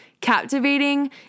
captivating